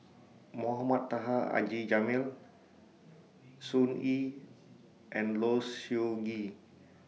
Mohamed Taha Haji Jamil Sun Yee and Low Siew Nghee